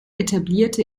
etablierte